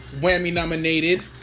Whammy-nominated